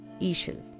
Ishil